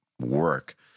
work